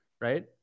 right